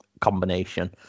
combination